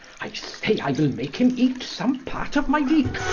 i say, i will make him eate some part of my leeke,